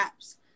apps